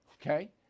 okay